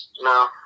No